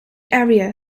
area